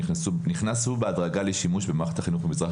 נכנסו בהדרגה לשימוש במערכת החינוך במזרח